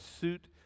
suit